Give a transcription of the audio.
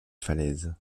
falaise